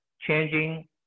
changing